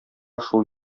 шул